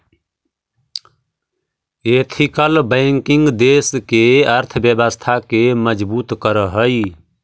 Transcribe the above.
ethical banking देश के अर्थव्यवस्था के मजबूत करऽ हइ